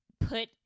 put